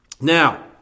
now